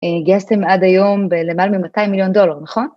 גייסתם עד היום למעלה מ-200 מיליון דולר, נכון?